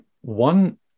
One